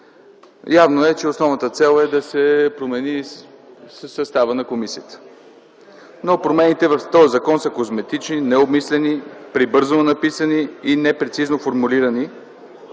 Явно е, че основната цел е да се промени съставът на комисията. Промените в този закон са козметични, необмислени, прибързано написани, непрецизно формулирани,